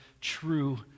true